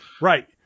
right